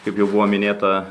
kaip jau buvo minėta